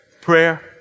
prayer